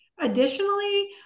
Additionally